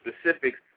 specifics